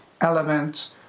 elements